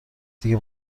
دیگه